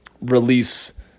release